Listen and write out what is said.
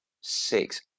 six